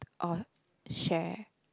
or share